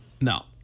No